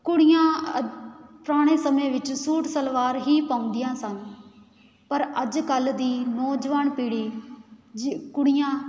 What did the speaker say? ਕੁੜੀਆਂ ਅ ਪੁਰਾਣੇ ਸਮੇਂ ਵਿੱਚ ਸੂਟ ਸਲਵਾਰ ਹੀ ਪਾਉਂਦੀਆਂ ਸਨ ਪਰ ਅੱਜ ਕੱਲ੍ਹ ਦੀ ਨੌਜਵਾਨ ਪੀੜ੍ਹੀ ਜ ਕੁੜੀਆਂ